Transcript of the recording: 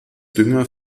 dünger